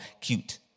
cute